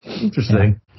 Interesting